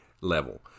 level